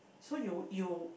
so you you